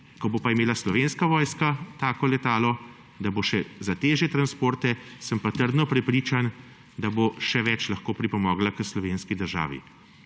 Ko pa bo imela Slovenska vojska tako letalo še za težje transporte, sem pa trdno prepričan, da bo še več lahko pripomogla k slovenski državi.